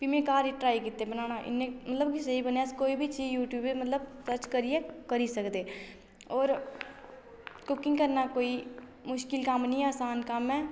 फ्ही में घर ई ट्राई कीते बनाना इन्ना मतलब के स्हेई बने अस कोई बी चीज यूटयूब मतलब सर्च करियै करी सकदे होर कुकिंग करना कोई मुश्कल कम्म नी ऐ असान कम्म ऐ